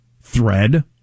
thread